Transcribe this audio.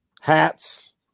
hats